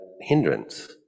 hindrance